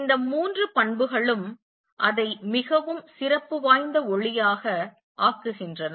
இந்த மூன்று பண்புகளும் அதை மிகவும் சிறப்பு வாய்ந்த ஒளியாக ஆக்குகின்றன